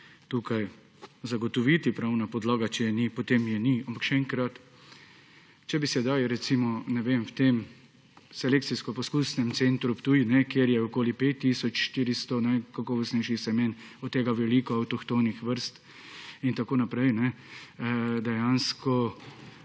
tukaj zagotoviti pravna podlaga. Če je ni, potem je ni. Ampak še enkrat. Če bi sedaj recimo v Selekcijsko-poskusnem centru Ptuj, kjer je okoli 5 tisoč 400 najkakovostnejših semen, od tega veliko avtohtonih vrst in tako naprej, dejansko